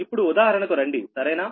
ఇప్పుడు ఉదాహరణకు రండి సరేనా